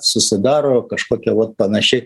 susidaro kažkokia vat panaši